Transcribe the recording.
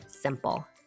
simple